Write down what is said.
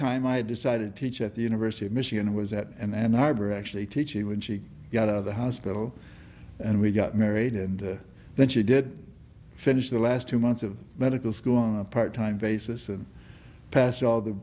time i decided teach at the university of michigan was at and harbor actually teaching when she got out of the hospital and we got married and then she did finish the last two months of medical school on a part time basis and passed all the